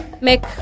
make